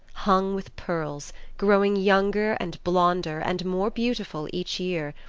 hung with pearls, growing younger and blonder and more beautiful each year,